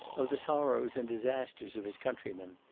of the sorrows and disasters of his countrymen,